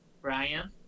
Brian